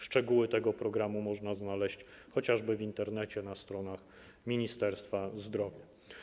Szczegóły tego programu można znaleźć chociażby w Internecie na stronach Ministerstwa Zdrowia.